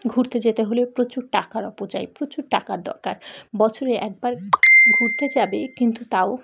ঘুরতে যেতে হলে প্রচুর টাকার অপচয় প্রচুর টাকার দরকার বছরে একবার ঘুরতে যাবে কিন্তু তাও